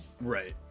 Right